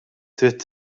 trid